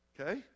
Okay